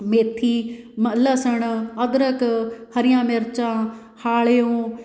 ਮੇਥੀ ਮ ਲਸਣ ਅਦਰਕ ਹਰੀਆਂ ਮਿਰਚਾਂ ਹਾਲਿਓ